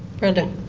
brenda